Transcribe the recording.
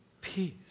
peace